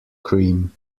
cream